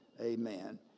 amen